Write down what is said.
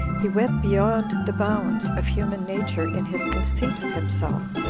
he went beyond the bounds of human nature in his conceit of himself,